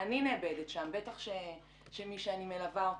אני נאבדת שם, ובטח מי שאני מלווה אותו.